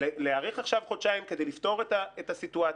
להאריך עכשיו בחודשיים כדי לפתור את הסיטואציה,